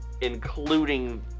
including